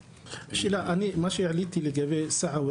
מה שהעליתי לגבי סעווה,